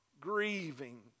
grieving